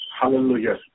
Hallelujah